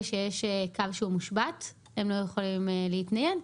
שיש קו מושבת הם לא יכולים להתנייד.